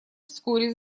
вскоре